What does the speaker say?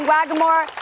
Wagamore